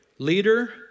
Leader